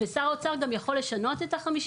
ושר האוצר גם יכול לשנות את ה-50